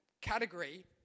category